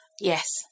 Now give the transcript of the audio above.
Yes